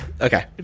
okay